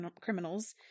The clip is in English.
criminals